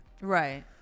Right